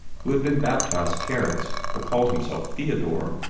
who had been baptized terence, but called himself theodore.